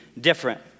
different